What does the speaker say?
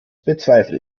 bezweifle